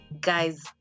guys